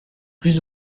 plus